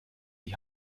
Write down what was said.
die